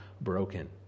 broken